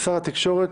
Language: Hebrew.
שר התקשורת,